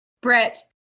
Brett